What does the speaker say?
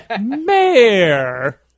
mayor